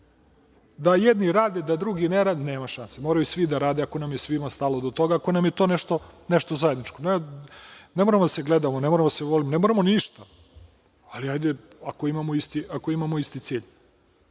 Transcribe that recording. da jedni rade, da drugi ne rade, nema šanse. Moraju svi da rade ako nam je svima stalo do toga, ako nam je to nešto zajedničko. Ne moramo da se gledamo, ne moramo da se volimo, ne moramo ništa, ali hajde ako imamo isti cilj